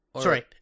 Sorry